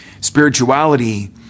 Spirituality